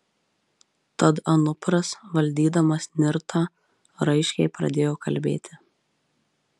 tad anupras valdydamas nirtą raiškiai pradėjo kalbėti